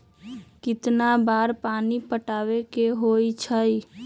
कितना बार पानी पटावे के होई छाई?